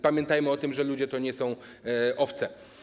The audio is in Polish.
Pamiętajmy o tym, że ludzie to nie są owce.